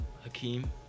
hakeem